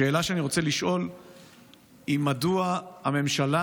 השאלה שאני רוצה לשאול היא מדוע הממשלה